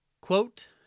Quote